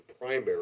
primary